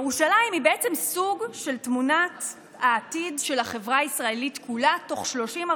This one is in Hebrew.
ירושלים היא בעצם סוג של תמונת העתיד של החברה הישראלית כולה תוך 30,